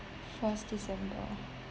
first december